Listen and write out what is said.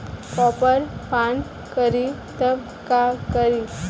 Copper पान करी तब का करी?